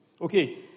Okay